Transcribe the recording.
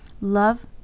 Love